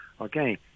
Okay